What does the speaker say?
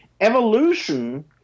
Evolution